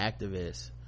activists